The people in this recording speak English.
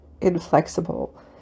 inflexible